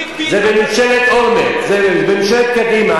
מי הקפיא, זה בממשלת אולמרט, זה ממשלת קדימה.